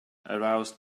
aroused